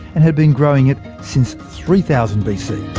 and had been growing it since three thousand bc.